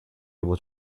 able